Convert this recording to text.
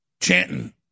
chanting